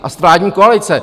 A z vládní koalice!